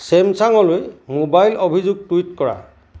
ছেমছাংলৈ mobile অভিযোগ tweet কৰা